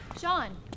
Sean